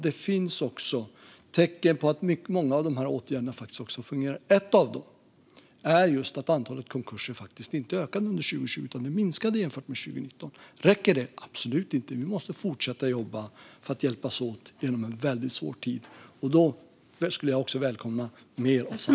Det finns också tecken på att många av åtgärderna faktiskt fungerar. Ett av dem är just att antalet konkurser inte ökade under 2020. De minskade jämfört med 2019. Räcker det? Absolut inte! Vi måste fortsätta jobba och hjälpas åt under en väldigt svår tid. Jag skulle välkomna mer samarbete.